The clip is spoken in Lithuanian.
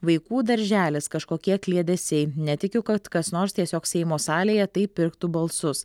vaikų darželis kažkokie kliedesiai netikiu kad kas nors tiesiog seimo salėje taip pirktų balsus